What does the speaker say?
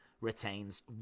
retains